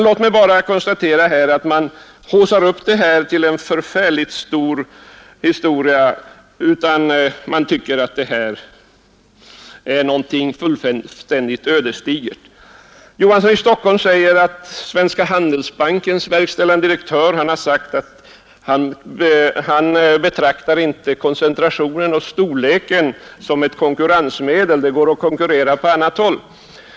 Låt mig bara konstatera, att man haussar upp detta till en förfärligt stor historia och tycker att det är någonting fullständigt ödesdigert. Herr Olof Johansson i Stockholm säger att Svenska handelsbankens verkställande direktör har sagt att han inte betraktar koncentrationen och storleken som ett konkurrensmedel, det går att konkurrera på annat sätt.